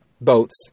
boats